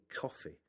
coffee